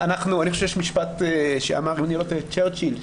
יש משפט שאמר אם אני לא טועה צ'רצ'יל,